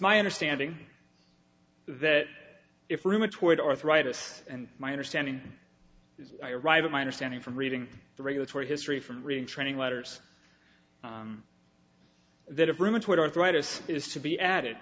my understanding that if rheumatoid arthritis and my understanding i arrive at my understanding from reading the regulatory history from reading training letters that have rheumatoid arthritis is to be added